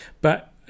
But-